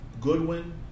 Goodwin